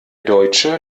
deutsche